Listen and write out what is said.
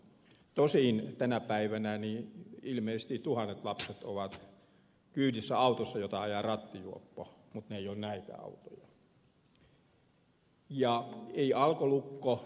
tosin tänä päivänä ilmeisesti tuhannet lapset ovat kyydissä autossa jota ajaa rattijuoppo mutta ne eivät ole näitä autoja